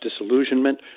disillusionment